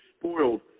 spoiled